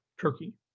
Turkey